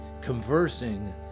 conversing